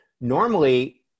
Normally